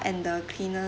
and the cleaner